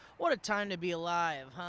what a time to be alive, huh?